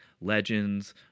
legends